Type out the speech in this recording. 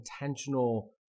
intentional